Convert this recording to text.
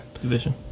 Division